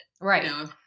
Right